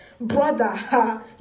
Brother